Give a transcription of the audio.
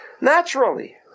Naturally